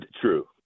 True